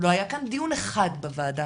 לא היה כאן דיון אחד בוועדה